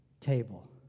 table